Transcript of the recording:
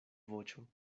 voĉo